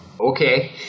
Okay